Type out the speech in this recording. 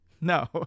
No